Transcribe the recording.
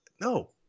No